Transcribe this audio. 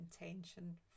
intention